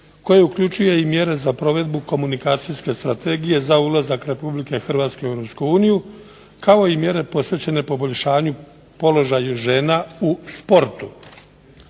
koji uključuje i mjere za provedbu Komunikacijske strategije za ulazak RH u EU kao i mjere posvećene poboljšanju žena u sportu.